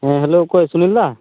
ᱦᱮᱸ ᱦᱮᱞᱳ ᱚᱠᱚᱭ ᱥᱩᱱᱤᱞ ᱫᱟ